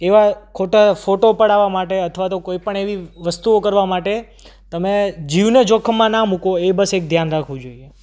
એવા ખોટા ફોટો પડાવવા માટે અથવા તો કોઈ પણ એવી વસ્તુઓ કરવા માટે તમે જીવને જોખમમાં ના મૂકો એ બસ એક ધ્યાન રાખવું જોઈએ